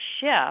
shift